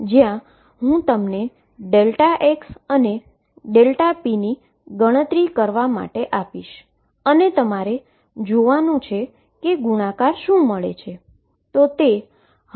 જ્યાં હું તમને x અને p ની ગણતરી કરવા માટે આપીશ અને જુઓ કે તેનું ગુણાકાર શું મળે છે